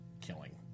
killing